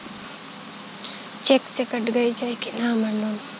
Check से कट जाई की ना हमार लोन?